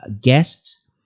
guests